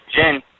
Jen